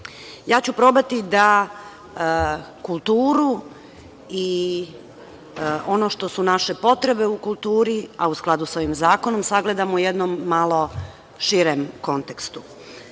ću probati da kulturu i ono što su naše potrebe u kulturi, a u skladu sa ovim zakonom, sagledamo u jednom malo širem kontekstu.U